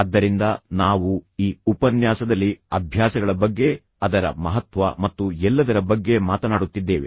ಆದ್ದರಿಂದ ನಾವು ಈ ಉಪನ್ಯಾಸದಲ್ಲಿ ಅಭ್ಯಾಸಗಳ ಬಗ್ಗೆ ಅದರ ಮಹತ್ವ ಮತ್ತು ಎಲ್ಲದರ ಬಗ್ಗೆ ಮಾತನಾಡುತ್ತಿದ್ದೇವೆ